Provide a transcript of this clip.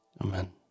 Amen